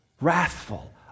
wrathful